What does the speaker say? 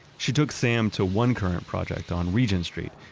she took sam to one current project, on regent street,